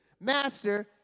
Master